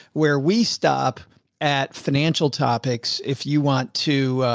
where we stop at financial topics, if you want to,